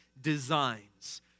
designs